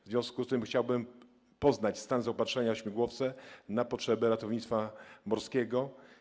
W związku z tym chciałbym poznać stan zaopatrzenia w śmigłowce na potrzeby ratownictwa morskiego.